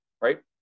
right